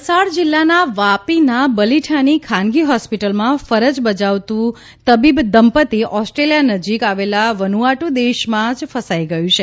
વલસાડ જિલ્લાના વાપીના બલીઠાની ખાનગી હોસ્પિટલમાં ફરજ બજાવતું તબીબ દંપતી ઓસ્ટ્રેલિયા નજીક આવેલા વનુઆટુ દેશમાં જ ફસાઈ ગયું છે